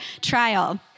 trial